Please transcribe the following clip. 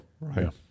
Right